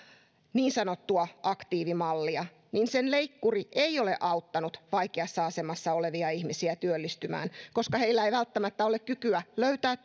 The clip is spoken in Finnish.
niin sanottua aktiivimallia niin sen leikkuri ei ole auttanut vaikeassa asemassa olevia ihmisiä työllistymään koska heillä ei välttämättä ole kykyä löytää